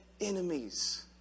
enemies